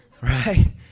right